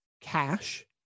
cash